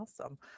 Awesome